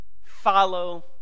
follow